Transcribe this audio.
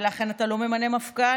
ולכן אתה לא ממנה מפכ"ל,